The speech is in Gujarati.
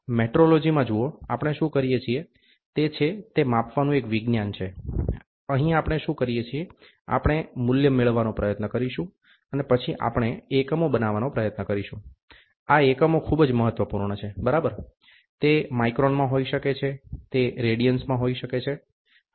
મેટ્રોલોજીમાં જુઓ આપણે શું કરીએ છીએ તે છે તે માપવાનું એક વિજ્ઞાન છે અહીં આપણે શું કરીએ છીએ આપણે મૂલ્ય મેળવવાનો પ્રયત્ન કરીશું અને પછી આપણે એકમો બનાવવાનો પ્રયત્ન કરીશું આ એકમો ખૂબ મહત્વપૂર્ણ છે બરાબર તે માઇક્રોનમાં હોઈ શકે છે તે રેડિયન્સમાં હોઈ શકે છે